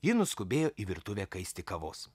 ji nuskubėjo į virtuvę kaisti kavos